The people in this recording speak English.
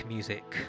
Music